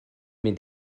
mynd